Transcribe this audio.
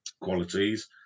qualities